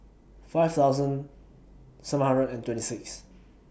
five thousand seven hundred and twenty six